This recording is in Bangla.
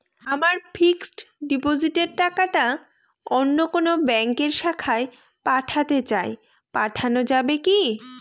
আমার ফিক্সট ডিপোজিটের টাকাটা অন্য কোন ব্যঙ্কের শাখায় পাঠাতে চাই পাঠানো যাবে কি?